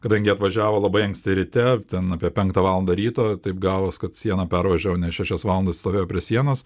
kadangi jie atvažiavo labai anksti ryte ten apie penktą valandą ryto taip gavos kad sieną pervažiavo nes šešias valandas stovėjo prie sienos